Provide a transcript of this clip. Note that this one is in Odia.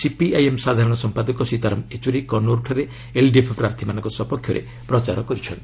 ସିପିଆଇଏମ୍ ସାଧାରଣ ସମ୍ପାଦକ ସୀତାରାମ ୟେଚୁରୀ କନୌର୍ଠାରେ ଏଲ୍ଡିଏଫ୍ ପ୍ରାର୍ଥୀମାନଙ୍କ ସପକ୍ଷରେ ପ୍ରଚାର କରିଛନ୍ତି